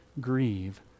grieve